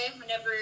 whenever